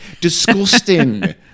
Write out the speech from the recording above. Disgusting